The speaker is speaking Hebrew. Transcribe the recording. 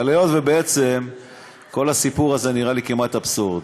אבל היות שכל הסיפור הזה נראה כמעט אבסורד,